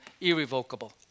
irrevocable